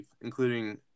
including